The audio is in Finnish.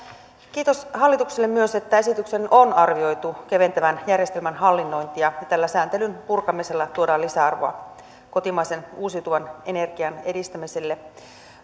kiitos hallitukselle myös että esityksen on arvioitu keventävän järjestelmän hallinnointia ja että tällä sääntelyn purkamisella tuodaan lisäarvoa kotimaisen uusiutuvan energian edistämiselle